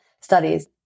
studies